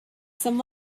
some